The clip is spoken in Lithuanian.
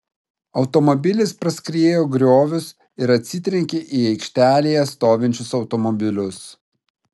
automobilis praskriejo griovius ir atsitrenkė į aikštelėje stovinčius automobilius